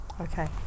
Okay